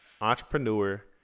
entrepreneur